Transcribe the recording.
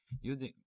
using